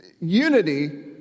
Unity